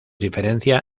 diferencia